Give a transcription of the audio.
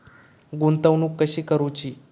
गुंतवणूक कशी करूची?